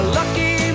lucky